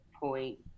point